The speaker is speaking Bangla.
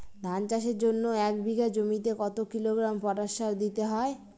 ধান চাষের জন্য এক বিঘা জমিতে কতো কিলোগ্রাম পটাশ সার দিতে হয়?